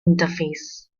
interface